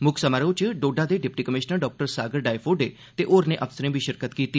मुक्ख समारोह च डोड़ा दे deputy commissioner doctor Sagar Diphode ते होरनें अफसरें बी शिरकत कीती